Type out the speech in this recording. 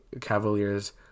cavaliers